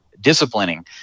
disciplining